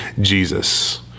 Jesus